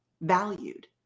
valued